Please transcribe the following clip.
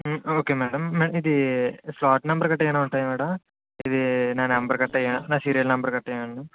okay madam ఇది slot number గట్రా ఏమన్నా ఉంటాయా మ్యాడమ్ ఇది నా నెంబర్ గట్రా ఏమన్నా నా సీరియల్ నెంబర్ గట్రా ఏమన్నా